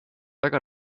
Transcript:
väga